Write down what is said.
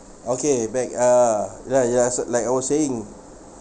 okay back a'ah ya ya so like I was saying